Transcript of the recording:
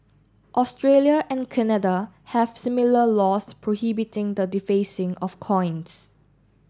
Australia and Canada have similar laws prohibiting the defacing of coins